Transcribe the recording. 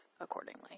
accordingly